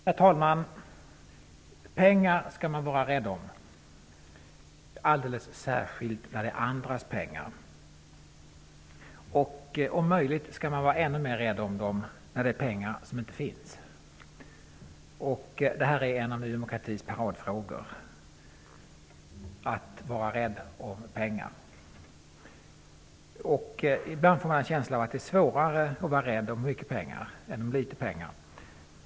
Herr talman! Pengar skall man vara rädd om, alldeles särskilt när det är andras pengar. Om möjligt skall man vara ännu mer rädd om de pengar som inte finns. Att vara rädd om pengar är en av Ibland får man en känsla av att det är svårare att vara rädd om mycket pengar än om litet pengar.